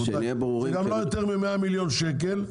זה גם לא יותר מ-100 מיליון שקל,